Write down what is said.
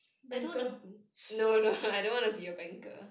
banker